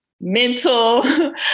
Mental